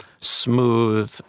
smooth